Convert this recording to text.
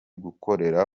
gukorera